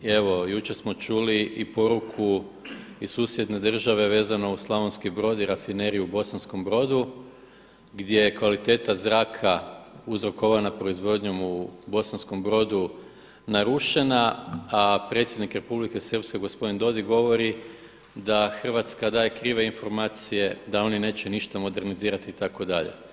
Evo jučer smo čuli i poruku iz susjedne države vezano uz Slavonski Brod i rafineriju u Bosanskom Brodu, gdje je kvaliteta zraka uzrokovana proizvodnjom u Bosanskom Brodu narušena, a predsjednik Republike Srpske gospodin Dodig govori da Hrvatska daje krive informacije da oni neće ništa modernizirati itd.